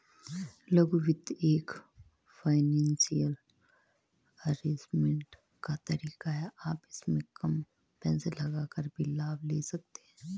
लघु वित्त एक फाइनेंसियल अरेजमेंट का तरीका है आप इसमें कम पैसे लगाकर भी लाभ ले सकते हैं